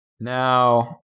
Now